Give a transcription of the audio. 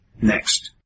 next